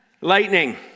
Lightning